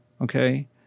okay